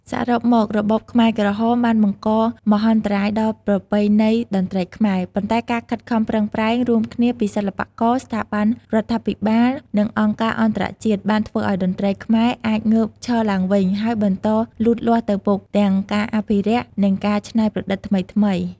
សរុបមក របបខ្មែរក្រហមបានបង្កមហន្តរាយដល់ប្រពៃណីតន្ត្រីខ្មែរ ប៉ុន្តែការខិតខំប្រឹងប្រែងរួមគ្នាពីសិល្បករ ស្ថាប័នរដ្ឋាភិបាល និងអង្គការអន្តរជាតិ បានធ្វើឱ្យតន្ត្រីខ្មែរអាចងើបឈរឡើងវិញ ហើយបន្តលូតលាស់ទៅមុខ ទាំងការអភិរក្ស និងការច្នៃប្រឌិតថ្មីៗ។